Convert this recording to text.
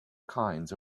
kinds